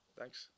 Thanks